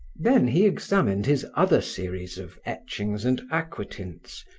then he examined his other series of etchings and aquatints,